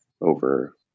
over